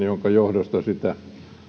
minkä johdosta sitä